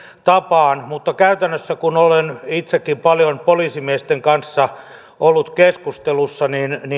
tapaan mutta kun olen itsekin paljon poliisimiesten kanssa ollut keskustelussa